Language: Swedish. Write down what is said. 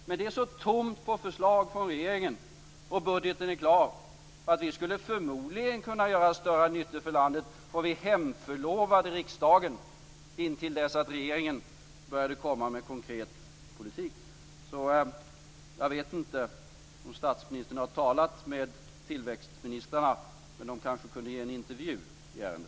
Men det är så tomt på förslag från regeringen, och budgeten är klar, att vi förmodligen skulle kunna göra större nytta för landet om vi hemförlovade riksdagen intill dess att regeringen började komma med konkret politik. Jag vet inte om statsministern har talat med tillväxtministrarna. Men de kanske kunde ge en intervju i ärendet.